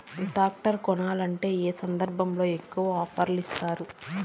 Tractor కొనాలంటే ఏ సందర్భంలో ఎక్కువగా ఆఫర్ ఇస్తారు?